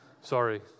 Sorry